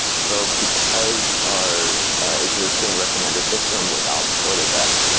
so because our existing recommender system without sort of s